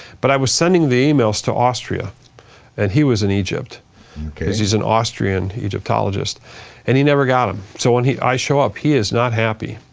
but i was sending the emails to austria and he was in egypt because he's an austrian egyptologist and he never got him. so when i show up, he is not happy.